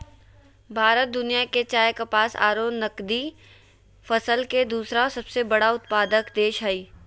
भारत दुनिया के चाय, कपास आरो नगदी फसल के दूसरा सबसे बड़ा उत्पादक देश हई